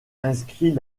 inscrit